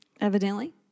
Evidently